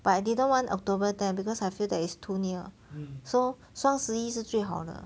but I didn't want october ten because I feel that it's too near so 双十一是最好的